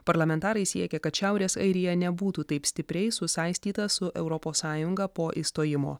parlamentarai siekia kad šiaurės airija nebūtų taip stipriai susaistyta su europos sąjunga po išstojimo